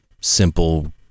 simple